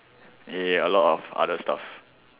ya ya a lot of other stuff